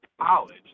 college